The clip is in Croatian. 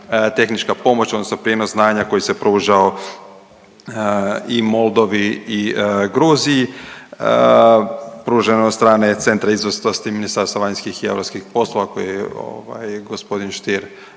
tehnička pomoć odnos prijenos znanja koji se pružao i Moldovi i Gruziji pružen od centra izvrsnosti Ministarstva vanjskih i europskih poslova koji je ovaj gospodin Stier